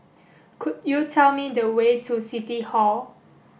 could you tell me the way to City Hall